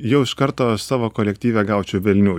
jau iš karto savo kolektyve gaučiau velnių